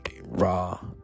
raw